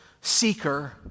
seeker